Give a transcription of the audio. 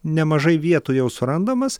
nemažai vietų jau surandamas